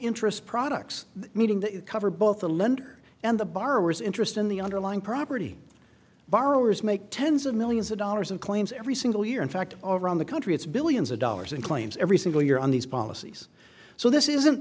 interest products meeting that cover both the lender and the borrowers interest in the underlying property borrowers make tens of millions of dollars of claims every single year in fact all around the country it's billions of dollars in claims every single year on these policies so this isn't